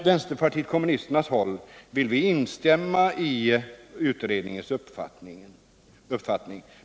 Vänsterpartiet kommunisterna vill instämma i utredningens uppfattning.